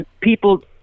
people